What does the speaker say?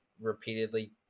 repeatedly